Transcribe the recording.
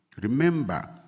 Remember